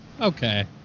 Okay